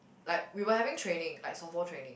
like we were having training like softball training